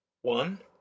One